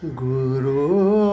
guru